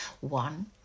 one